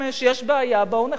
יש בעיה, בואו נחלק.